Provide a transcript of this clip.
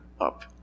up